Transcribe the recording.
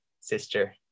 sister